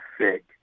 sick